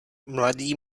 mladý